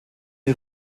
die